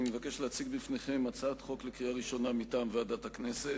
אני מבקש להציג בפניכם לקריאה הראשונה הצעת חוק מטעם ועדת הכנסת.